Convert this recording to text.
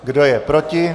Kdo je proti?